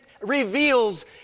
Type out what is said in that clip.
reveals